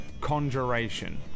conjuration